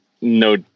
no